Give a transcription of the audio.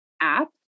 app